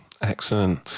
Excellent